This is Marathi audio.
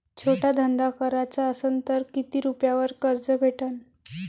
छोटा धंदा कराचा असन तर किती रुप्यावर कर्ज भेटन?